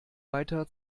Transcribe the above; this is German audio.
weiter